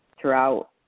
throughout